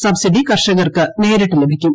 subsidy കർഷകർക്ക് നേരിട്ട് ലഭിക്കും